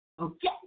Okay